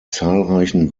zahlreichen